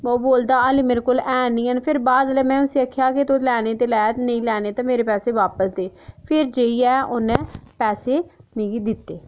ओह् बोलदा हल्ली मेरे कोल हैन नेईं हैन फिर बाद जेल्लै में उसी आखेआ तूं लैने ते लै नेी लैने ते मेरे पैसे बापस